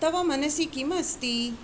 तव मनसि किमस्ति